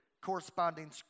corresponding